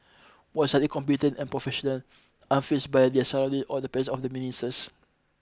was highly competent and professional unfazed by their surrounding or the presence of the